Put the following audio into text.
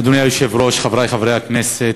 אדוני היושב-ראש, חברי חברי הכנסת,